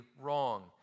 wrong